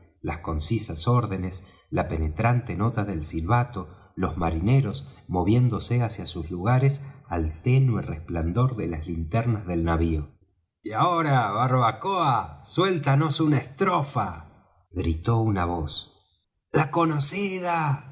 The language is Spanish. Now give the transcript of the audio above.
las concisas órdenes la penetrante nota del silbato y los marineros moviéndose hacia sus lugares al ténue resplandor de las linternas del navío y ahora barbacoa suéltanos una estrofa gritó una voz la conocida